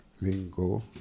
lingo